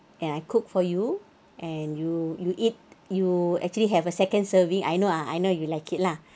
and I cook for you and you you eat yo actually have a second serving I know ah I know you like it lah